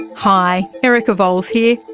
and hi, erica vowles here,